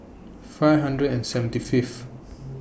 five hundred and seventy Fifth